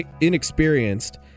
inexperienced